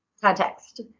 context